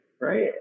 Right